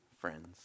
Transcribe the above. friends